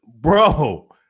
Bro